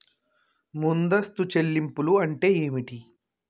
ముందస్తు చెల్లింపులు అంటే ఏమిటి?